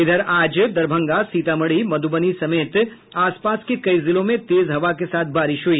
इधर आज दरभंगा सीतामढ़ी मध्यबनी समेत आसपास के कई जिलों में तेज हवा के साथ बारिश हुई